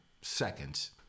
seconds